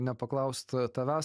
nepaklaust tavęs